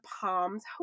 Palms